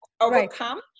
overcome